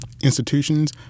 Institutions